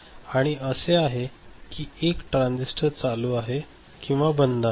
आणि असे आहे की एक ट्रान्झिस्टर चालू आहे किंवा बंद आहे